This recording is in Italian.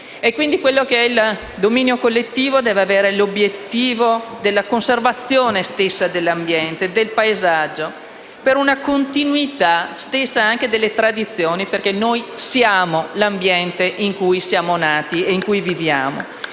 noi stessi. Il dominio collettivo deve quindi avere l'obiettivo della conservazione stessa dell'ambiente e del paesaggio, per una continuità delle tradizioni, perché noi siamo l'ambiente in cui siamo nati e dove viviamo.